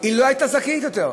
לא הייתה זכאית יותר.